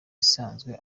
isanzwe